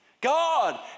God